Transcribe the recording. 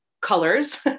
colors